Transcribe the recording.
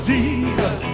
Jesus